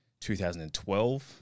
2012